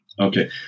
Okay